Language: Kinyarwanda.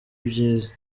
byiza